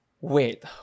Wait